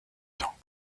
temps